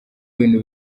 bintu